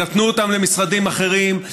ונתנו אותם למשרדים אחרים,